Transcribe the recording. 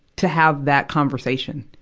to have that conversation.